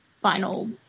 final